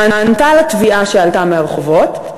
נענתה לתביעה שעלתה מהרחובות,